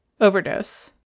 Overdose